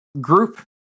group